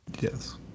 yes